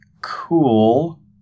cool